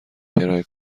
کرایه